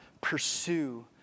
pursue